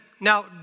Now